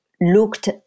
looked